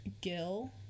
Gil